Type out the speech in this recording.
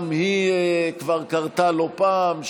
גם היא כבר קרתה לא פעם,